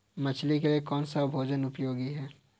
मछली के लिए कौन सा भोजन उपयोगी है?